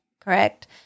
correct